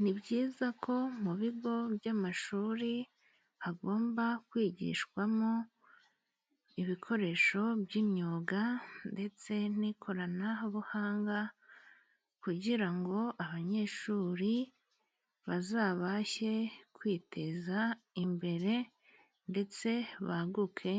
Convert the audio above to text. Ni byiza ko mu bigo by'amashuri hagomba kwigishwamo ibikoresho by'imyuga, ndetse n'ikoranabuhanga kugira ngo abanyeshuri bazabashe kwiteza imbere, ndetse baguke